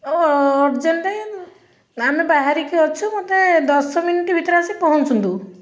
ହଁ ଅର୍ଜେଣ୍ଟ ନାଇ ଆମେ ବାହରିକି ଅଛୁ ଦଶ ମିନିଟ୍ ଭିତରେ ଆସିକି ପହଞ୍ଚନ୍ତୁ